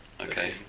Okay